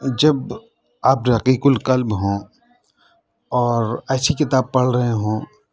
جب آپ رقیقُ القلب ہوں اور ایسی کتاب پڑھ رہے ہوں